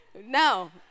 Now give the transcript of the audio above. No